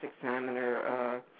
Examiner